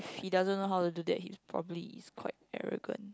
if he doesn't know how to do that he's probably is quite arrogant